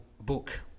book